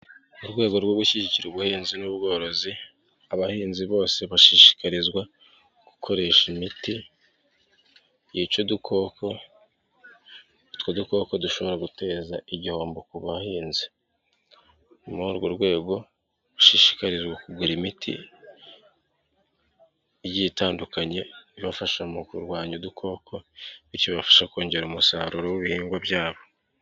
Mu rwego rwo gushyigikira ubuhinzi n'ubworozi, abahinzi bose bashishikarizwa gukoresha imiti yica udukoko, utwo dukoko dushobora guteza igihombo ku buhinzi. Muri urwo rwego dushishikarizwa kugura imiti igiye itandukanye ibafasha mu kurwanya udukoko, ikabafasha kongera umusaruro w'ibihingwa byabo.